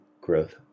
growth